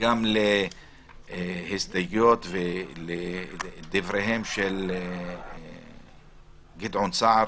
גם להסתייגויות ולדבריהם של גדעון סער,